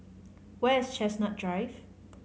where is Chestnut Drive